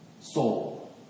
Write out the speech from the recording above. soul